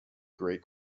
great